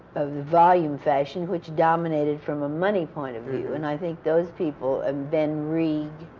volume fashion, which dominated from a money point of view. and i think those people and ben reig,